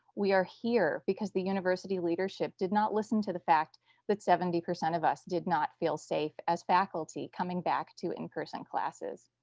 we are here because the university leadership did not listen to the fact that seventy percent of us did not feel safe as faculty coming back to in person classes.